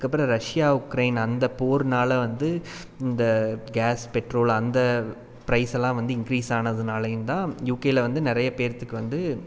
அதுக்கப்புறம் Russia Ukraine அந்த போர்னால் வந்து இந்த கேஸ் பெட்ரோல் அந்த ப்ரைஸ்செல்லாம் வந்து இன்க்ரீஸானதனாலையும் தான் யூகேல வந்து நிறைய பேர்த்துக்கு வந்து